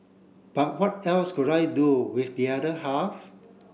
but what else could I do with the other half